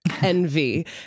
envy